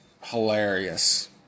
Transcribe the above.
hilarious